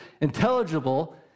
intelligible